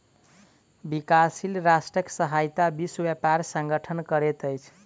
विकासशील राष्ट्रक सहायता विश्व व्यापार संगठन करैत अछि